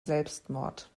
selbstmord